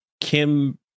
Kim